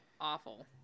Awful